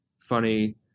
funny